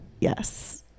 yes